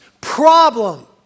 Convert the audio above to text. Problem